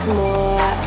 more